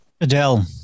Adele